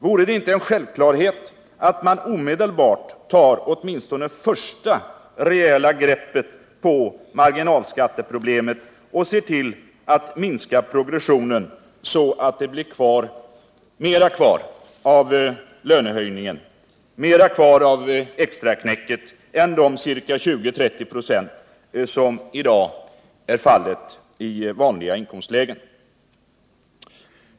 Vore det inte en självklarhet att man omedelbart tar åtminstone första rejäla greppet på marginalskatteproblemet och ser till att minska progressionen, så att det blir mer kvar av lönehöjningen, mer kvar av extraknäcket än de ca 20-30 926 som i dag blir kvar i vanliga inkomstlägen?